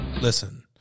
Listen